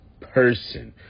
person